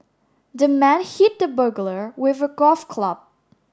the man hit the burglar with a golf club